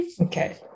Okay